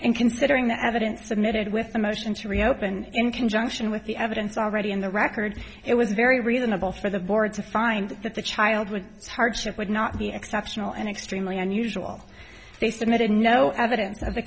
and considering the evidence submitted with a motion to reopen in conjunction with the evidence already in the record it was very reasonable for the board to find that the child would hardship would not be exceptional and extremely unusual they submitted no evidence of the